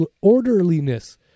orderliness